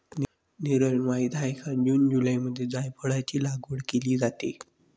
नीरज माहित आहे का जून जुलैमध्ये जायफळाची लागवड केली जाते